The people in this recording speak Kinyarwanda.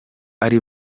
ari